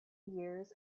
years